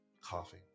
coffee